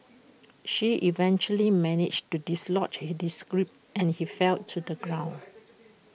she eventually managed to dislodge and his grip and he fell to the ground